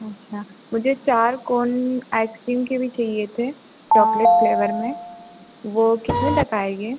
अच्छा मुझे चार कोन आइसक्रीम के भी चाहिए थे चॉकलेट फ़्लेवर में वो कितने तक आएंगे